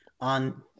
on